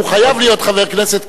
הוא חייב להיות חבר כנסת,